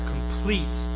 complete